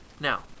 Now